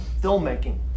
filmmaking